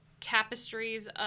tapestries